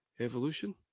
Evolution